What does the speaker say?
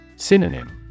Synonym